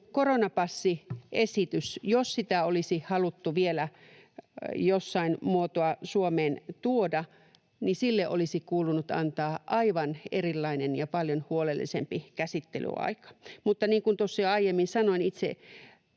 koronapassiesitykselle, jos sitä olisi haluttu vielä jossain muotoa Suomeen tuoda, olisi kuulunut antaa aivan erilainen ja paljon huolellisempi käsittelyaika, mutta niin kuin tuossa jo aiemmin sanoin, itse